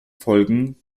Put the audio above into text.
folgen